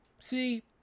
See